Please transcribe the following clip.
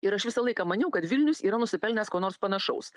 ir aš visą laiką maniau kad vilnius yra nusipelnęs ko nors panašaus